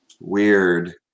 weird